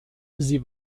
sie